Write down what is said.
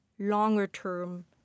longer-term